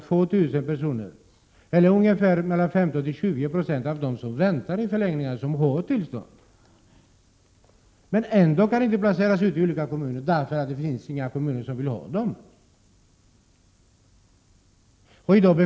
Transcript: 2 000 personer eller 15—20 96 av dem som väntar i förläggningar har redan arbetstillstånd, men de kan ändå inte placeras ut i kommuner, eftersom inga kommuner vill ta emot dem.